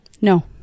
no